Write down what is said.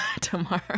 tomorrow